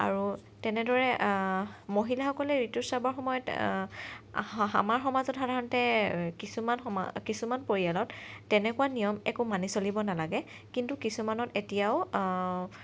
আৰু তেনেদৰে মহিলাসকলে ঋতুস্ৰাৱৰ সময়ত আমাৰ সমাজত সাধাৰণতে কিছুমান কিছুমান পৰিয়ালত তেনেকুৱা নিয়ম একো মানি চলিব নালাগে কিন্তু কিছুমানত এতিয়াও